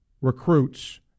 recruits